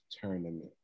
tournament